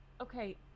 Okay